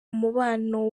umubano